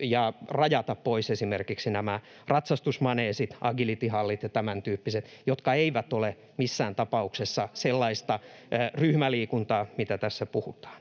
ja rajata pois esimerkiksi nämä ratsastusmaneesit, agilityhallit ja tämäntyyppiset, jotka eivät ole missään tapauksessa sellaista ryhmäliikuntaa, mistä tässä puhutaan?